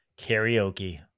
karaoke